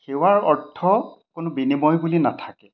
সেৱাৰ অৰ্থ কোনো বিনিময় বুলি নাথাকে